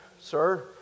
sir